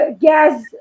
gas